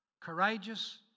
Courageous